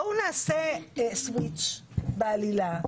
בואו נעשה סוויץ' בעלילה,